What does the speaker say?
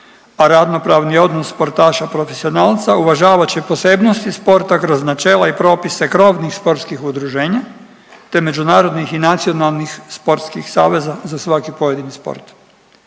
a radno pravni odnos sportaša profesionalca uvažavat će posebnosti sporta kroz načela i propise krovnih sportskih udruženja, te međunarodnih i nacionalnih sportskih saveza za svaki pojedini sport,